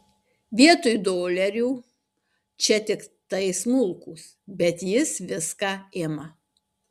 vietoj dolerių čia tiktai smulkūs bet jis viską ima